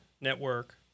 network